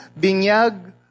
Binyag